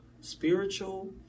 spiritual